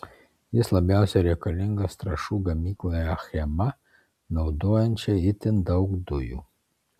jis labiausiai reikalingas trąšų gamyklai achema naudojančiai itin daug dujų